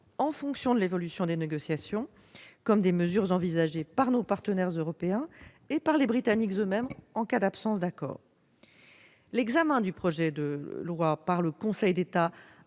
en fonction de l'évolution des négociations comme des mesures envisagées par nos partenaires européens et par les Britanniques eux-mêmes en cas d'absence d'accord. L'examen du projet de loi par le Conseil d'État